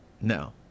No